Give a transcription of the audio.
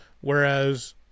whereas